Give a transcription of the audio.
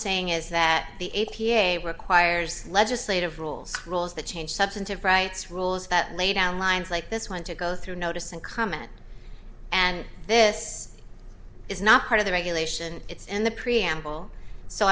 saying is that the a p a requires legislative rules rules that change substantive rights rules that lay down lines like this one to go through notice and comment and this is not part of the regulation it's in the preamble so